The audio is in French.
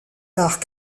par